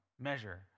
measure